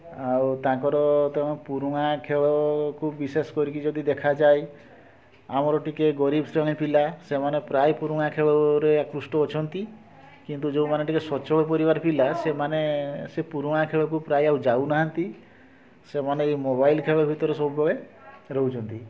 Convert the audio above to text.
ଆଉ ତାଙ୍କର ତମ ପୁରୁଣା ଖେଳକୁ ବିଶେଷ କରିକି ଯଦି ଦେଖାଯାଏ ଆମର ଟିକିଏ ଗରିବ ଶ୍ରେଣୀ ପିଲା ସେମାନେ ପ୍ରାୟ ପୁରୁଣା ଖେଳରେ ଆକୃଷ୍ଟ ଅଛନ୍ତି କିନ୍ତୁ ଯେଉଁମାନେ ଟିକିଏ ସ୍ଵଚ୍ଛଳ ପରିବାରର ପିଲା ସେମାନେ ସେ ପୁରୁଣା ଖେଳକୁ ପ୍ରାୟ ଆଉ ଯାଉନାହାନ୍ତି ସେମାନେ ଏଇ ମୋବାଇଲ୍ ଖେଳ ଭିତରେ ସବୁବେଳେ ରହୁଛନ୍ତି